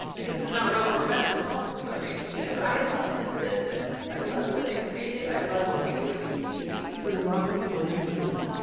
like this is not real professional, sorry, you know but i love this business, i love what they've created, i love what we do in the community through lots of philanthropy.